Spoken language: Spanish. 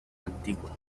antiguas